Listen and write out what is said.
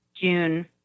June